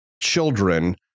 children